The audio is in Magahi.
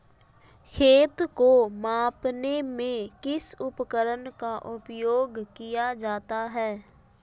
खेत को मापने में किस उपकरण का उपयोग किया जाता है?